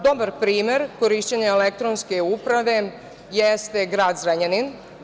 Dobar primer korišćenja elektronske uprave jeste grad Zrenjanin.